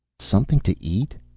something to eat?